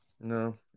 No